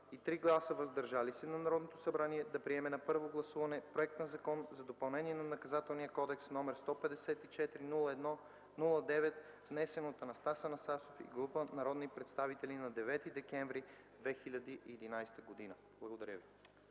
и 3 гласа „въздържали се” на Народното събрание да приеме на първо гласуване Проект на закон за допълнение на Наказателния кодекс, № 154-01-109, внесен от Анастас Анастасов и група народни представители на 9 декември 2011 г.” Благодаря Ви.